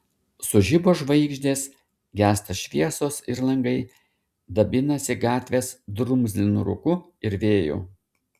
sužibo žvaigždės gęsta šviesos ir langai dabinasi gatvės drumzlinu rūku ir vėju